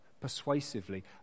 persuasively